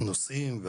נמנעים.